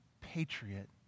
patriot